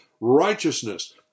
righteousness